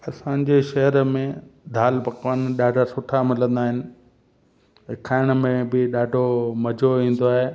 असांजे शहर में दाल पकवान ॾाढा सुठा मिलंदा आहिनि खाइण में बि ॾाढो मज़ो ईंदो आहे